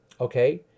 Okay